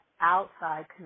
outside